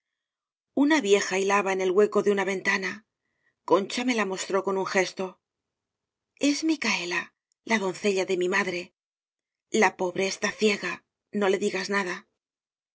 una vieja hilaba en el hueco de una ven tana concha me la mostró con un gesto es micaela la doncella de mi madre la pobre está ciega no le digas nada